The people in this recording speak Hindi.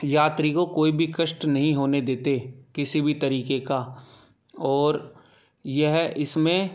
यात्री को कोई भी कष्ट नहीं होने देते किसी भी तरीके का और यह इसमें